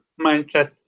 mindset